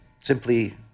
simply